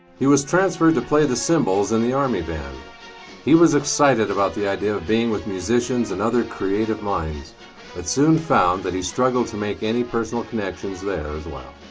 he was transferred to play the cymbals in the army band he was excited about the idea of being with musicians and other creative minds but soon found that he struggled to make any personal connections there as well.